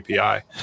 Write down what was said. API